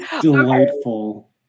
Delightful